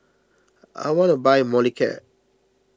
I want to buy Molicare